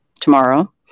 tomorrow